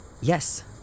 Yes